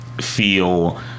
feel